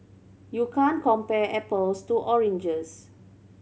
you can't compare apples to oranges